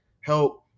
help